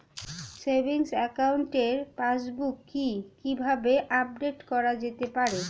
Savings একাউন্টের passbook কি কিভাবে আপডেট করা যেতে পারে?